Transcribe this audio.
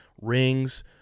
rings